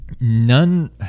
None